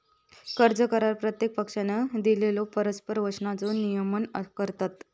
कर्ज करार प्रत्येक पक्षानं दिलेल्यो परस्पर वचनांचो नियमन करतत